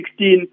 2016